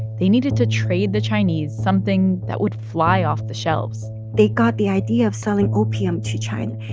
they needed to trade the chinese something that would fly off the shelves they got the idea of selling opium to china,